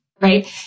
Right